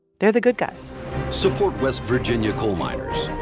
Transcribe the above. they're the good guys support west virginia coal miners.